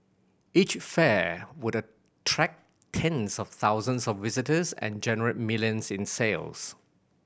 each fair would attract tens of thousands of visitors and generate millions in sales